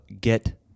Get